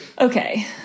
Okay